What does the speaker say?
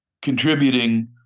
contributing